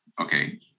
Okay